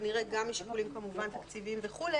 כנראה גם משיקולים כמובן תקציביים וכו',